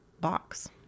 box